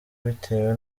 bitewe